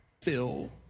phil